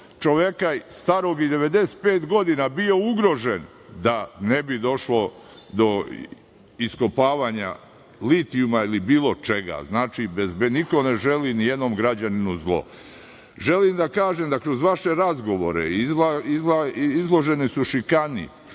čoveka starog i 95 godina bio ugrožen, da ne bi došlo do iskopavanja litijuma ili bilo čega. Znači, niko ne želi nijednom građaninu zlo. Želim da kažem da kroz vaše razgovore izloženi su šikaniji,